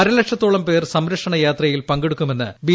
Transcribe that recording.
അരലക്ഷത്തോളം പേർ സംരക്ഷണയാത്രയിൽ പങ്കെടുക്കുമെന്ന് ബി